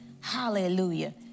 Hallelujah